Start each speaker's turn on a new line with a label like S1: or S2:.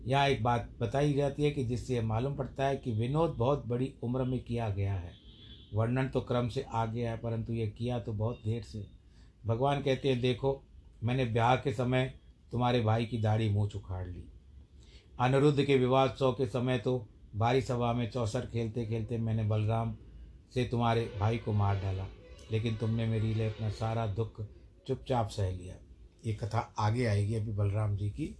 S1: यहाँ एक बात बताई जाती है कि जिससे यह मालूम पड़ता है कि विनोद बहुत बड़ी उम्र में किया गया है। वर्णन तो क्रम से आगे है, परंतु यह किया तो बहुत देर से। भगवान कहते हैं, "देखो, मैंने ब्याह के समय तुम्हारे भाई की दाढ़ी मुंह से उखाड़ ली। अनिरुद्ध के विवाह उत्सव के समय तो बारी सभा में चौसर खेलते-खेलते मैंने बलराम से तुम्हारे भाई को मार डाला, लेकिन तुमने मेरे लिए अपना सारा दुख चुपचाप सह लिया। ये कथा आगे आएगी अभी बलराम जी की।